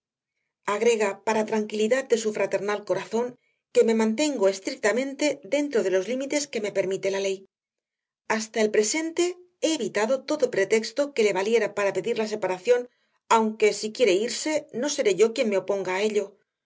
agrega para tranquilidad de su fraternal corazón que me mantengo estrictamente dentro de los límites que me permite la ley hasta el presente he evitado todo pretexto que le valiera para pedir la separación aunque si quiere irse no seré yo quien me oponga a ello